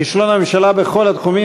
כישלון הממשלה בכל התחומים,